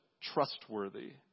trustworthy